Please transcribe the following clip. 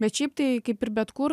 bet šiaip tai kaip ir bet kur